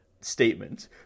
statement